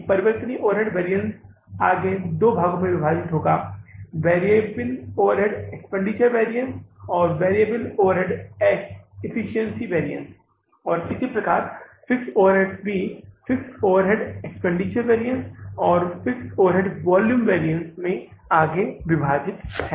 परिवर्तनीय ओवरहेड वैरिअन्समें आगे दो विभाजन भी होते हैं वेरिएबल ओवरहेड एक्सपेंडिचर वैरिअन्स और वेरिएबल ओवरहेड एफिशिएंसी वैरिअन्स और इसी प्रकार फिक्स्ड ओवरहेड में भी फिक्स्ड ओवरहेड एक्सपेंडिचर वैरिअन्स और फिक्स्ड ओवरहेड वॉल्यूम वैरिअन्स की तरह आगे विभाजित होते हैं